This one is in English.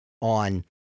on